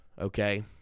okay